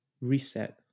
reset